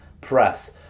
press